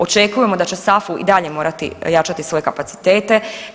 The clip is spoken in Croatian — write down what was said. Očekujemo da će SAFU i dalje morati jačati svoje kapacitete.